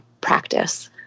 practice